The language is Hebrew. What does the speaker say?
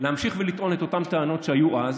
להמשיך ולטעון את אותן טענות שהיו אז,